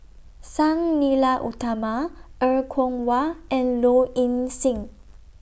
Sang Nila Utama Er Kwong Wah and Low Ing Sing